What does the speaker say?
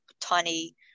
tiny